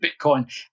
Bitcoin